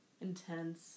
Intense